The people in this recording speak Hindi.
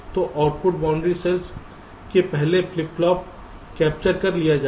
तो आउटपुट बाउंड्री सेल्स के पहले फ्लिप फ्लॉप कैप्चर कर लिया जाएगा